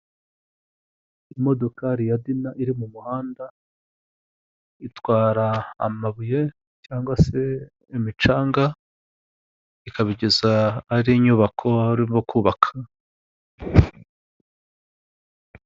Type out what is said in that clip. Imodokari ya dina iri mu muhanda, itwara amabuye cyangwa se imicanga, ikabigeza ahari inyubako barimo kubaka.